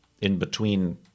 in-between